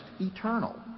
eternal